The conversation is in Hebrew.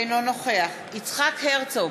אינו נוכח יצחק הרצוג,